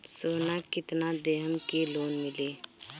सोना कितना देहम की लोन मिली?